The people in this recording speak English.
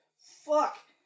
Fuck